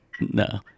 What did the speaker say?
No